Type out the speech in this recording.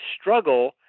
struggle